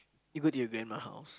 you go to your grandma house